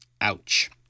Ouch